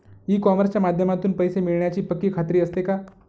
E कॉमर्सच्या माध्यमातून पैसे मिळण्याची पक्की खात्री असते का?